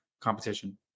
competition